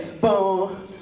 boom